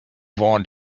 want